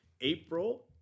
April